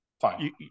Fine